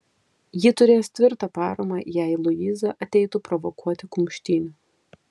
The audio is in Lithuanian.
ji turės tvirtą paramą jei luiza ateitų provokuoti kumštynių